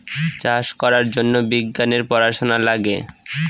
চাষ করার জন্য বিজ্ঞানের পড়াশোনা লাগে